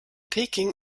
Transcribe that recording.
peking